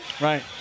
Right